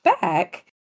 back